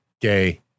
Gay